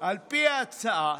על פי ההצעה